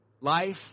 life